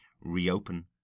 reopen